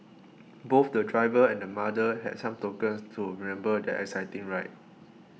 both the driver and the mother had some tokens to remember their exciting ride